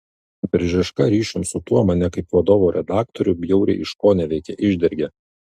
biržiška ryšium su tuo mane kaip vadovo redaktorių bjauriai iškoneveikė išdergė